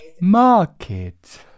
market